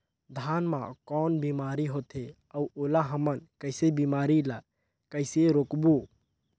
धान मा कौन बीमारी होथे अउ ओला हमन कइसे बीमारी ला कइसे रोकबो?